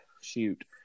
shoot